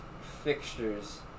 fixtures